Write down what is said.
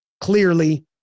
clearly